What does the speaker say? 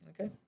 Okay